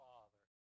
Father